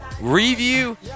review